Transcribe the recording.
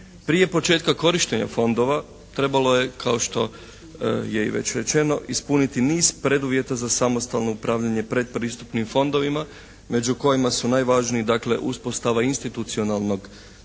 Prije početka korištenja fondova trebalo je kao što je i već rečeno, ispuniti niz preduvjeta za samostalno upravljanje predpristupnim fondovima među kojima su najvažniji dakle uspostava institucionalnog